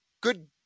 good